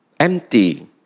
Empty